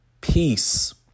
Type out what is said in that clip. peace